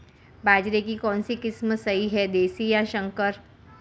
बाजरे की कौनसी किस्म सही हैं देशी या संकर?